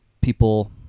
people